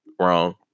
wrong